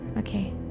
Okay